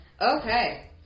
Okay